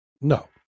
No